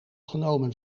genomen